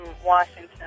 Washington